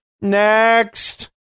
next